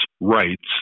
Rights